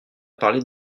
parlé